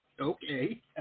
Okay